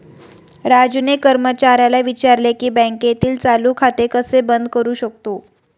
राजूने कर्मचाऱ्याला विचारले की बँकेतील चालू खाते कसे बंद करू शकतो?